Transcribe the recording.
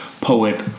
poet